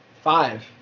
five